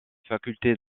faculté